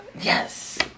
Yes